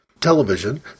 television